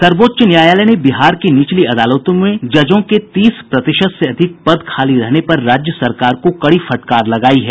सर्वोच्च न्यायालय ने बिहार की निचली अदालतों में जजों के तीस प्रतिशत से अधिक पद खाली रहने पर राज्य सरकार को कड़ी फटकार लगायी है